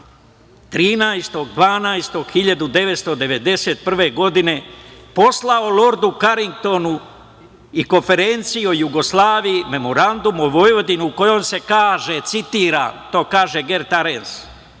13. 12. 1991. godine poslao Lordu Karingtonu i Konferenciji o Jugoslaviji memorandum o Vojvodini, u kojem se kaže, citiram, to kaže Gert Arens,